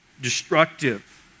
destructive